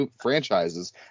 franchises